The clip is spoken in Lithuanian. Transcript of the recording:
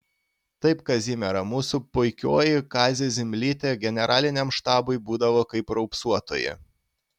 taip kazimiera mūsų puikioji kazė zimblytė generaliniam štabui būdavo kaip raupsuotoji